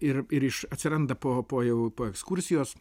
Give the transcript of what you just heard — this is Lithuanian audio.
ir ir iš atsiranda po po jau po ekskursijos